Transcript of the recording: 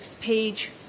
page